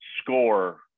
score